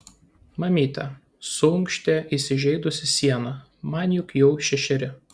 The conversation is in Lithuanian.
mamyte suunkštė įsižeidusi siena man juk jau šešeri